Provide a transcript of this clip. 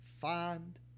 Find